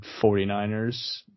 49ers